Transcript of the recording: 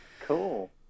cool